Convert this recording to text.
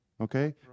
Okay